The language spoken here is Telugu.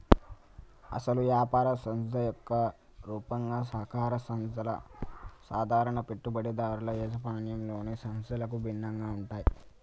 అసలు యాపార సంస్థ యొక్క రూపంగా సహకార సంస్థల సాధారణ పెట్టుబడిదారుల యాజమాన్యంలోని సంస్థలకు భిన్నంగా ఉంటాయి